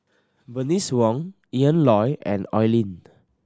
Bernice Wong Ian Loy and Oi Lin